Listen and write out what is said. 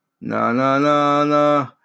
Na-na-na-na